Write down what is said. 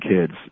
kids